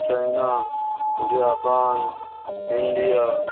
China Japan India